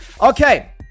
Okay